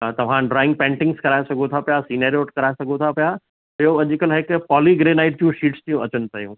तव्हां drawing paintings कराए सघो था पिया सीनारोड कराए था सघो था पिया ॿियों अॼुकल्ह आहे हिकु पॉलीग्रेनाइट जूं शीट्स बि अचनि पियूं